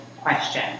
question